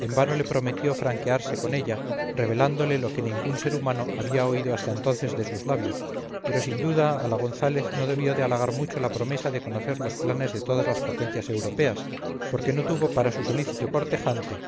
en vano le prometió franquearse con ella revelándole lo que ningún ser humano había oído hasta entonces de sus labios pero sin duda a la gonzález no debió de halagar mucho la promesa de conocer los planes de todas las potencias europeas porque no tuvo para su